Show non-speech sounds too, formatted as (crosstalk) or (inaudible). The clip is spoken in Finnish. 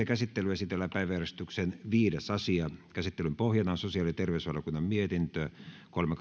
(unintelligible) käsittelyyn esitellään päiväjärjestyksen viides asia käsittelyn pohjana on sosiaali ja terveysvaliokunnan mietintö kolme (unintelligible)